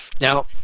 Now